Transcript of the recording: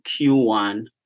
Q1